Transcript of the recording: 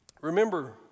Remember